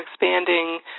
expanding